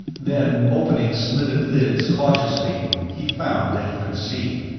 then, opening slitted lids cautiously, he found that he could see.